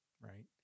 right